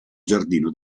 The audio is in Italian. giardino